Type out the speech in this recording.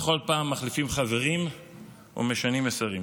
בכל פעם מחליפים חברים ומשנים מסרים.